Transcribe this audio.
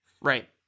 right